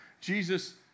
Jesus